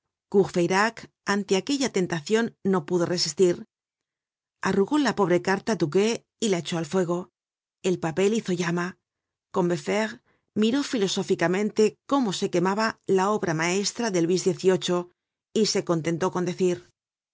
ante aquella tentacion no pudo resistir arrugó la pobre carta touquet y la echó al fuego el papel hizo llama combeferre miró filosóficamente cómo se quemaba la obra maestra de luis xviii y se contentó con decir